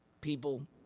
people